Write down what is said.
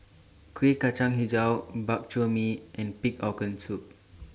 Kueh Kacang Hijau Bak Chor Mee and Pig Organ Soup